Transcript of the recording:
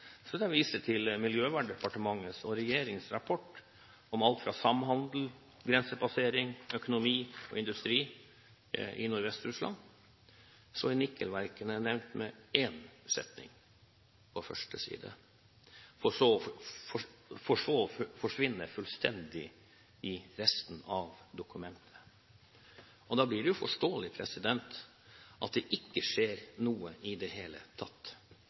jeg vise til Miljøverndepartementets, regjeringens, rapport om alt fra samhandel, grensepassering, økonomi og industri i Nordvest-Russland der nikkelverkene er nevnt med én setning på første side, for så å forsvinne fullstendig i resten av dokumentet. Da blir det jo forståelig at det ikke skjer noe i det hele tatt.